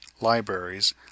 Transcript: libraries